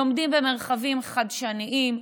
לומדים במרחבים חדשניים,